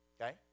okay